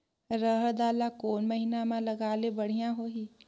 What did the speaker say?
रहर दाल ला कोन महीना म लगाले बढ़िया होही?